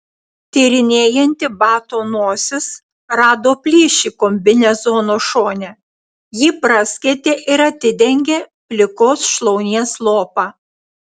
tyrinėjanti bato nosis rado plyšį kombinezono šone jį praskėtė ir atidengė plikos šlaunies lopą